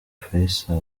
faisal